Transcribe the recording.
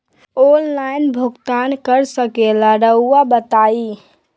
Online loan भुगतान कर सकेला राउआ बताई?